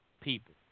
people